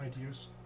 ideas